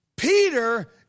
Peter